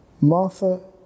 Martha